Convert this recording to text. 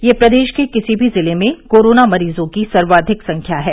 यह प्रदेश के किसी भी जिले में कोरोना मरीजों की सर्वाधिक संख्या है